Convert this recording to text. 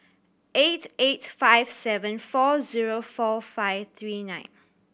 eight eight five seven four zero four five three nine